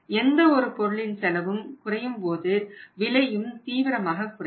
எந்தவொரு பொருளின் செலவு குறையும் போது விலையும் தீவிரமாக குறையும்